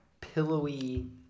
pillowy